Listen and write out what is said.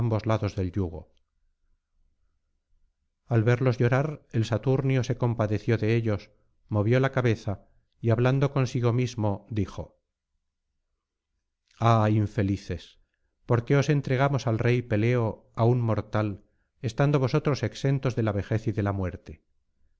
ambos lados del yugo al verlos llorar el saturnio se compadeció de ellos movió la cabeza y hablando consigo mismo dijo ah infelices por qué os entregamos al rey peleo á un mortal estando vosotros exentos de la vejez y de la muerte